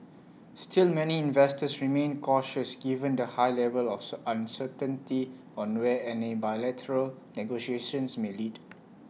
still many investors remained cautious given the high level of so uncertainty on where any bilateral negotiations may lead